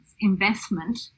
investment